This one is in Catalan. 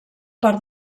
part